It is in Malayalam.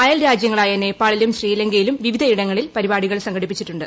അയൽ രാജ്യങ്ങളായ നേപ്പാളിലും ശ്രീലങ്കയിലും വിവിധയിടങ്ങളിൽ പരിപാടി സംഘടിപ്പിച്ചിട്ടുണ്ട്